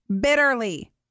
bitterly